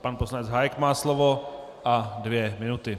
Pan poslanec Hájek má slovo a dvě minuty.